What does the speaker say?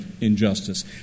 injustice